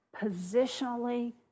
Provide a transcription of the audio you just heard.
positionally